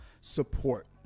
support